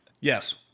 Yes